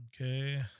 Okay